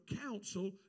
counsel